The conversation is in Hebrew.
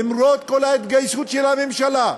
למרות כל ההתגייסות של הממשלה,